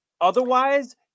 Otherwise